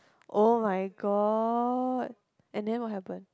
oh-my-god and then what happen